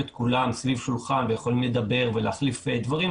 כולה סביב שולחן ויכולים לדבר ולהחליף דברים,